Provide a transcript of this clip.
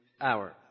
hour